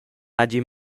hagi